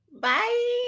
Bye